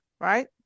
right